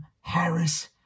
Harris